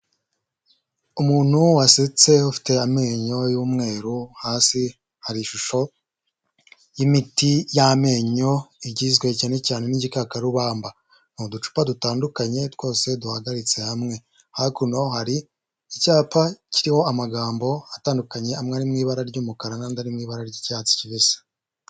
Umuntu wasetse ufite amenyo y'umweru hasi hari ishusho y'imiti y'amenyo igizwe cyane cyane n'igikakarubamba. Ni uducupa dutandukanye twose duhagaritse hamwe, hakuno hari icyapa kiriho amagambo atandukanye amwe ari mu ibara ry'umukara n'andi ari mu ibara ry'icyatsi kibisi.